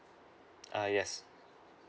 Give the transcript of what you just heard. err yes